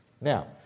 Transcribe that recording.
Now